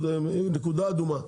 נקודה אדומה,